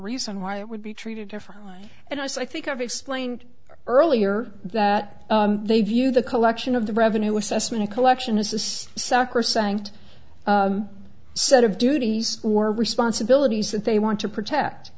reason why it would be treated differently and i think i've explained earlier that they view the collection of the revenue assessment of collection is the sacrosanct set of duties or responsibilities that they want to protect